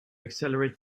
accelerate